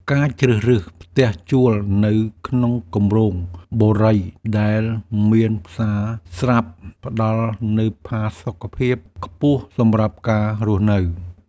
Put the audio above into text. ការជ្រើសរើសផ្ទះជួលនៅក្នុងគម្រោងបុរីដែលមានផ្សារស្រាប់ផ្តល់នូវផាសុកភាពខ្ពស់សម្រាប់ការរស់នៅ។